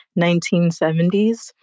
1970s